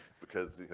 because,